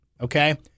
okay